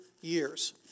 years